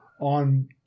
on